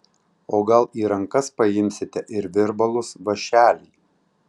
o gal į rankas paimsite ir virbalus vąšelį